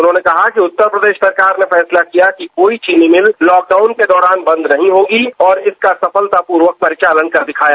उन्होंने कहा कि उत्तर प्रदेश सरकार ने फैसला किया कि कोई चीनी मिल लॉकडाउन के दौरान बंद नहीं होगी और इसका सफलतापूर्वक परिचालन कर दिखाया